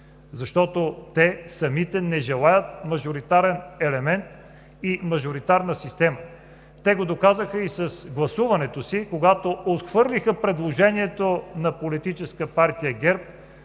защото те самите не желаят мажоритарен елемент и мажоритарна система. Те го доказаха и с гласуването си, когато отхвърлиха предложението на Политическа партия ГЕРБ